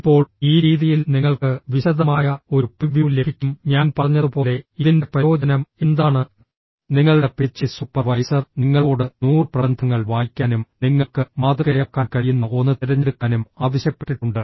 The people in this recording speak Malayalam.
ഇപ്പോൾ ഈ രീതിയിൽ നിങ്ങൾക്ക് വിശദമായ ഒരു പ്രിവ്യൂ ലഭിക്കും ഞാൻ പറഞ്ഞതുപോലെ ഇതിന്റെ പ്രയോജനം എന്താണ് നിങ്ങളുടെ പിഎച്ച്ഡി സൂപ്പർവൈസർ നിങ്ങളോട് 100 പ്രബന്ധങ്ങൾ വായിക്കാനും നിങ്ങൾക്ക് മാതൃകയാക്കാൻ കഴിയുന്ന ഒന്ന് തിരഞ്ഞെടുക്കാനും ആവശ്യപ്പെട്ടിട്ടുണ്ട്